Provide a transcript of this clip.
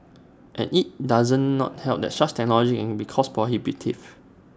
and IT does not help that such technology can be cost prohibitive